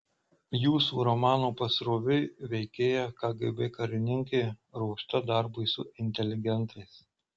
jūsų romano pasroviui veikėja kgb karininkė ruošta darbui su inteligentais